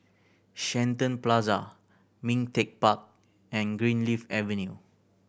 Shenton Plaza Ming Teck Park and Greenleaf Avenue